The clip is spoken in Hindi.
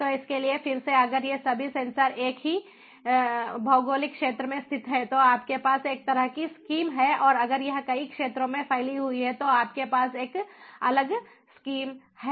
तो इसके लिए फिर से अगर ये सभी सेंसर एक ही भौगोलिक क्षेत्र में स्थित हैं तो आपके पास एक तरह की स्कीम है और अगर यह कई क्षेत्रों में फैली हुई है तो आपके पास एक अलग स्कीम है